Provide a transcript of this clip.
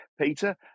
Peter